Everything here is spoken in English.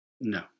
No